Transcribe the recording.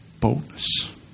boldness